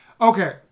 Okay